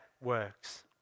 works